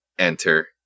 Enter